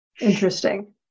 Interesting